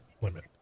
limit